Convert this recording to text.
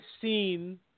seen